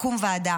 תקום ועדה.